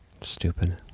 Stupid